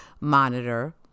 monitor